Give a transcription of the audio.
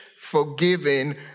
forgiven